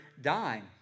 dying